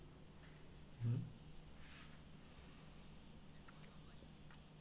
mmhmm